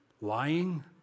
lying